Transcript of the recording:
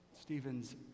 Stephen's